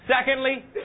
Secondly